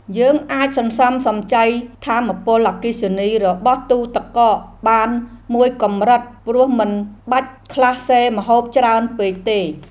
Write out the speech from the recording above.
យើងអាចសន្សំសំចៃថាមពលអគ្គិសនីរបស់ទូទឹកកកបានមួយកម្រិតព្រោះមិនបាច់ក្លាសេម្ហូបច្រើនពេកទេ។